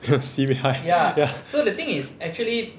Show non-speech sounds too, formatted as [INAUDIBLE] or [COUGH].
[LAUGHS] sibei high ya [LAUGHS]